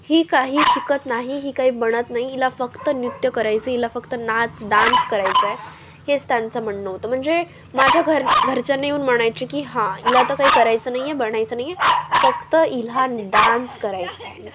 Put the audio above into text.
ही काही शिकत नाही ही काही बनत नाही हिला फक्त नृत्य करायचं आहे हिला फक्त नाच डान्स करायचं आहे हेच त्यांचं म्हणणं होतं म्हणजे माझ्या घर घरच्यांनी येऊन म्हणायचे की हां हिला तर काही करायचं नाही आहे बनायचं नाही आहे फक्त हिला डान्स करायचा आहे